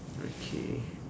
okay